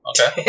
Okay